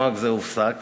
נוהג זה הופסק,